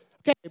Okay